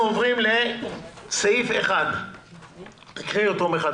אנחנו חוזרים לסעיף 1. תקריאי אותו שוב.